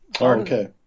okay